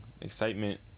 excitement